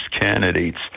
candidates